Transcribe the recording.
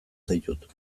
zaitut